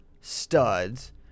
studs